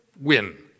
win